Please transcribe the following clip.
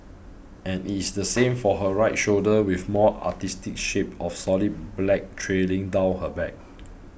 and it is the same for her right shoulder with more artistic shapes of solid black trailing down her back